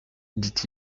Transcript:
dit